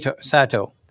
Sato